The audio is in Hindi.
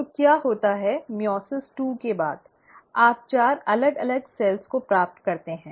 तो क्या होता है मइओसिस दो के बाद आप चार अलग अलग कोशिकाओं को प्राप्त करते हैं